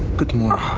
good morning.